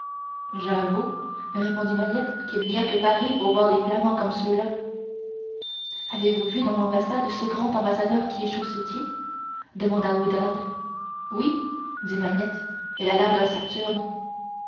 j'avoue répondit mahiette qu'il n'y a que paris pour voir des flamands comme ceux-là avez-vous vu dans l'ambassade ce grand ambassadeur qui est chaussetier demanda oudarde oui dit mahiette il a l'air d'un saturne